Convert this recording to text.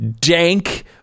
dank